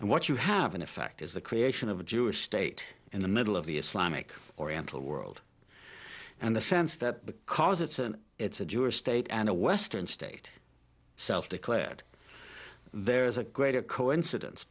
and what you have in effect is the creation of a jewish state in the middle of the islamic oriental world and the sense that because it's an it's a jewish state and a western state self declared there is a greater coincidence